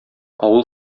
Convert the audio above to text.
авыл